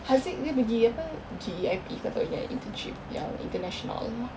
haziq dia pergi apa G_E_I_P kau tahu yang internship yang international